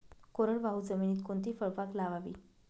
कोरडवाहू जमिनीत कोणती फळबाग लावावी?